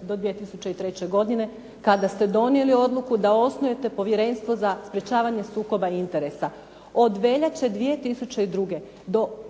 do 2003. godine kada ste donijeli odluku da osnujete Povjerenstvo za sprječavanje sukoba interesa, od veljače 2002. do konca